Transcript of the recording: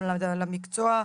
גם למקצוע,